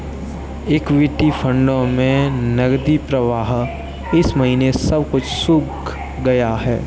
equity फंडों में नकदी प्रवाह इस महीने सब कुछ सूख गया है